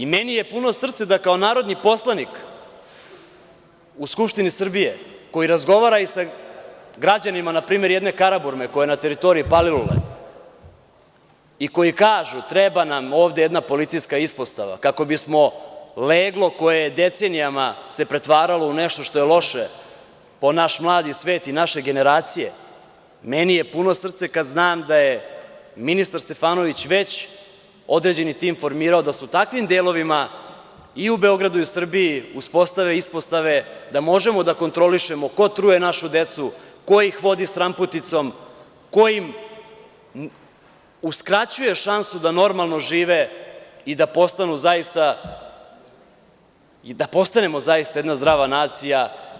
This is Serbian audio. Meni je puno srce da kao narodni poslanik u Skupštini Srbije, koji razgovara npr. i sa građanima jedne Karaburme, koja je na teritoriji Palilule, i koji kažu – treba nam ovde jedna policijska ispostava kako bismo leglo koje se decenijama pretvaralo u nešto što je loše po naš mladi svet i naše generacije, meni je puno srce kada znam da je ministar Stefanović već formirao određeni tim da se u takvim delovima i uBeogradu i u Srbiji uspostave ispostave, da možemo da kontrolišemo ko truje našu decu, ko ih vodi stranputicom, ko im uskraćuje šansu da normalno žive i da postanemo zaista jedna zdrava nacija.